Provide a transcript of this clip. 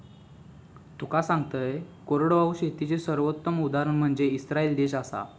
तुका सांगतंय, कोरडवाहू शेतीचे सर्वोत्तम उदाहरण म्हनजे इस्राईल देश आसा